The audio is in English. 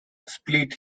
split